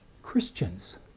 christians